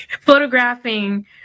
photographing